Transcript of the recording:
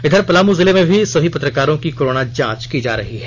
इधर पलामू जिले में भी सभी पत्रकारों की कोरोना जांच की जा रही है